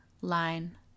line